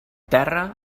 terra